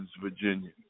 Virginia